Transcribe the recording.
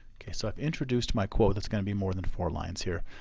so i've introduced my quote that's going to be more than four lines here,